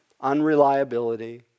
unreliability